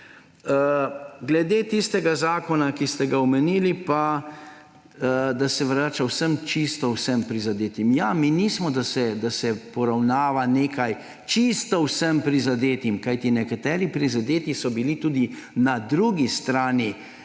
Glede tistega zakona, ki ste ga omenili, da se vrača vsem, čisto vsem prizadetim. Ja, mi nismo, da se poravnava nekaj čisto vsem prizadetim, kajti nekateri prizadeti so bili tudi na drugi strani